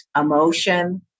emotion